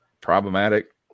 problematic